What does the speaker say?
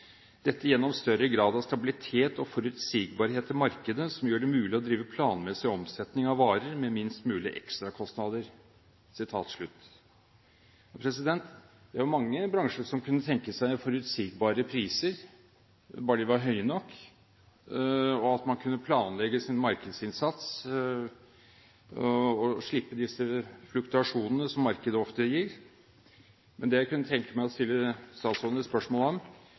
Dette gjennom større grad av stabilitet og forutsigbarhet i markedet, som gjør det mulig å drive planmessig omsetning av varer, med minst mulig ekstrakostnader.» Det er jo mange bransjer som kunne tenke seg forutsigbare priser, bare de var høye nok, og at man kunne planlegge sin markedsinnsats og slippe disse fluktuasjonene som markedet ofte gir. Det jeg kunne tenke meg å stille statsråden et spørsmål om,